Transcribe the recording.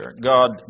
God